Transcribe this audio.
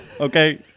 Okay